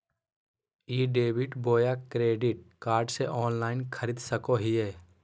ई debit बोया credit card से online खरीद सको हिए?